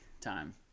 time